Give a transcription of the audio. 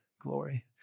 glory